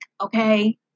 okay